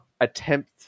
attempt